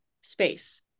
space